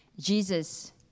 Jesus